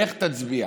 לך תצביע.